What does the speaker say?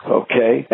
okay